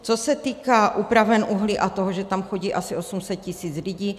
Co se týká úpraven uhlí a toho, že tam chodí asi osm set, tisíc lidí.